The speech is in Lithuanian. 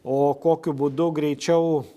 o kokiu būdu greičiau